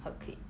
her clique